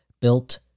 built